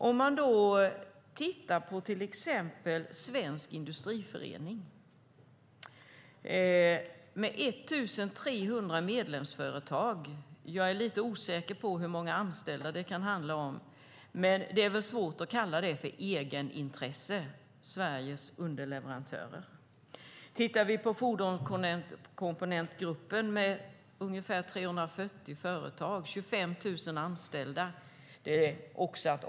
Om vi tittar på till exempel Svensk Industriförening ser vi att de har 1 300 medlemsföretag - jag är lite osäker på hur många anställda det kan handla om - och då är det lite svårt att säga att de, Sveriges underleverantörer, har ett egenintresse. Detsamma gäller Fordonskomponentgruppen med ungefär 340 företag och 25 000 anställda.